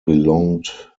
belonged